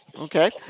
Okay